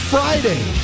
Friday